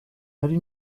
ari